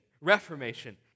reformation